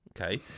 okay